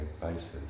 basis